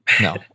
No